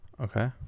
okay